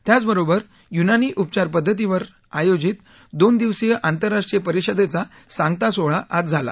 त्याचबरोबर युनानी उपचार पद्धतीवर आयोजित दोन दिवसीय आंतरराष्ट्रीय परिषदेचा सांगता सोहळा आज झाला